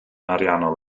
ariannol